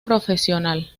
profesional